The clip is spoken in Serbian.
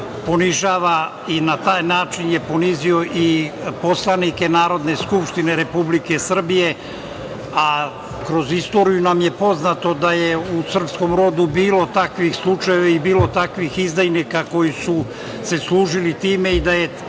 ponižava i na taj način je ponizio i poslanike Narodne skupštine Republike Srbije. Kroz istoriju nam je poznato da je u srpskom rodu bilo takvih slučajeva i bilo takvih izdajnika koji su se služili time i da je